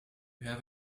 have